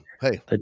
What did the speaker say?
hey